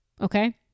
Okay